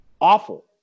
awful